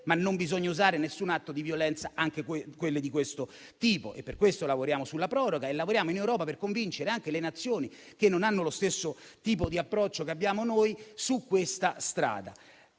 ma non bisogna usare nessun atto di violenza, anche quelli di questo tipo. Per questo lavoriamo sulla proroga e lavoriamo in Europa per convincere le Nazioni che non hanno lo stesso tipo di approccio che abbiamo noi su questa strada.